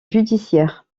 judiciaire